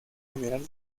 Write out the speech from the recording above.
general